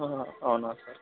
అవునా సార్